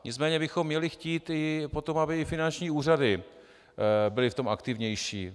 Nicméně bychom měli chtít potom, aby i finanční úřady byly v tom aktivnější.